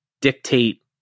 dictate